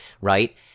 right